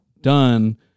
done